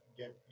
get